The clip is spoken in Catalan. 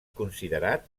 considerat